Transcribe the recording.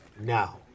now